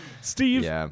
Steve